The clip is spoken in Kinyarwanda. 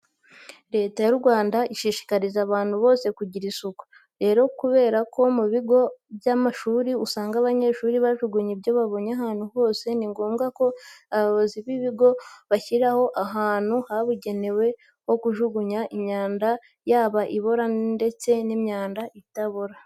Leta y'u Rwanda ishishikariza abantu bose kugira isuku. Rero kubera ko mu bigo by'amashuri usanga abanyeshuri bajugunya ibyo babonye ahantu hose, ni ngombwa ko abayobozi b'ikigo bashyiraho ahantu habugenewe ho kujugunya imyanda yaba ibora ndetse n'imyanda itabora.